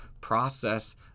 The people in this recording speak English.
process